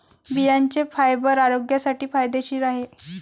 बियांचे फायबर आरोग्यासाठी फायदेशीर आहे